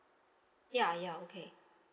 ya ya okay